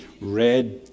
red